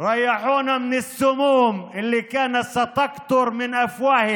פטרו אותנו מהרעלים שהיו אמורים